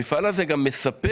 המפעל הזה גם מספק